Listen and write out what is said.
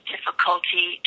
difficulty